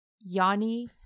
Yanni